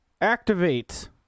Activate